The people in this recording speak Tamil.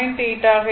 8 ஆக இருக்கும்